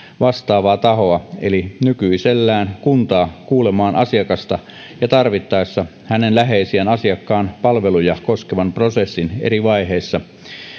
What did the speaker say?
vastaavaa tahoa eli nykyisellään kuntaa kuulemaan asiakasta ja tarvittaessa hänen läheisiään asiakkaan palveluja koskevan prosessin eri vaiheissa